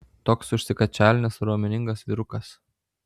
toks užsikačialinęs raumeningas vyrukas